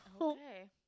Okay